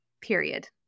period